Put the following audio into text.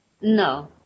No